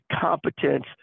competence